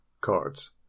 cards